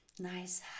Nice